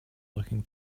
looking